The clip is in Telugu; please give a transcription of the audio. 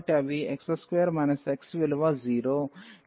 కు సమానమైనవిగా ఉంటాయి